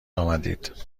آمدید